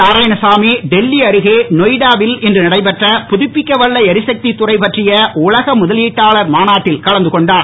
நாராயணசாமி டெல்லி அருகே நோய்டாவில் இன்று நடைபெற்ற புதுபிக்க வல்ல எரிசத்தி துறை பற்றிய உலக முதலீட்டாளர் மாநாட்டில் கலந்து கொண்டார்